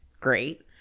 great